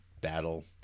battle